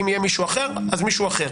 אם יהיה מישהו אחר, אז מישהו אחר.